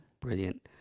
Brilliant